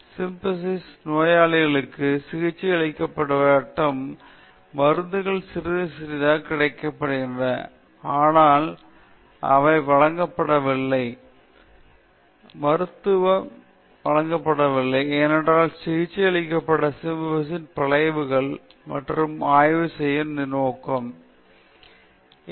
syphilis நோயாளிகளுக்கு சிகிச்சையளிக்கப்படாவிட்டாலும் மருந்துகள் சிறிது சிறிதாக கிடைக்கப்பெற்றன ஆனால் அவை வழங்கப்படவில்லை இந்த மருந்து வழங்கப்படவில்லை ஏனென்றால் சிகிச்சை அளிக்கப்படாத சிபிலிஸின் விளைவுகளை ஆய்வு செய்ய நோக்கம் இருந்தது